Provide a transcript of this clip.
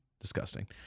disgusting